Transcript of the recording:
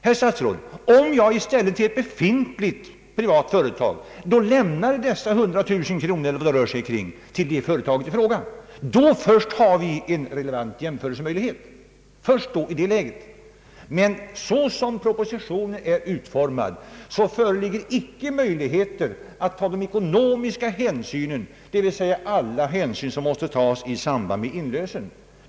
Herr statsråd, först om man i stället lämnade dessa hundratusen kronor, eller vad det rör sig om, till ett befintligt bussföretag skulle vi ha en möjlighet att göra en korrekt jämförelse. Men såsom propositionen är utformad föreligger icke möjligheten att ta de ekonomiska hänsynen, d.v.s. alla hänsyn som måste tas i samband med inlösen.